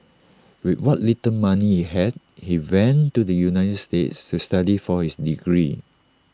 with what little money he had he went to the united states to study for his degree